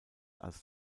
als